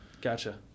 gotcha